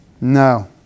No